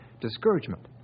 discouragement